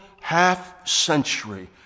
half-century